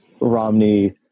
Romney